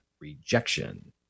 rejection